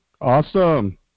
Awesome